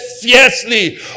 fiercely